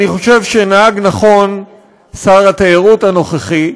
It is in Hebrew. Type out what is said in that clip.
אני חושב שנהג נכון שר התיירות הנוכחי,